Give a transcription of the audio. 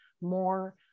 more